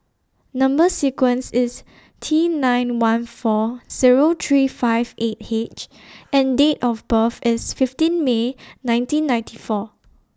Number sequence IS T nine one four Zero three five eight H and Date of birth IS fifteen May nineteen ninety four